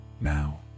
now